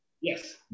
Yes